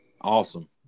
Awesome